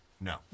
no